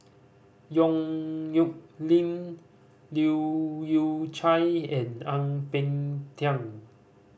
Yong Nyuk Lin Leu Yew Chye and Ang Peng Tiam